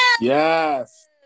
yes